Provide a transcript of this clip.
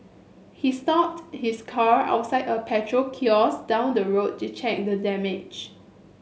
he stopped his car outside a petrol kiosk down the road to check the damage